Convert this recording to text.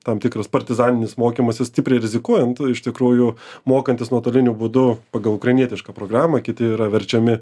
tam tikras partizaninis mokymasis stipriai rizikuojant iš tikrųjų mokantis nuotoliniu būdu pagal ukrainietišką programą kiti yra verčiami